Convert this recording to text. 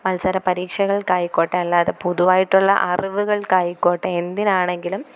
മത്സര പരീക്ഷകൾക്കായിക്കോട്ടെ അല്ലാതെ പൊതുവായിട്ടുള്ള അറിവുകൾക്കായിക്കോട്ടെ എന്തിനാണെങ്കിലും